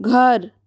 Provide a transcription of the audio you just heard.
घर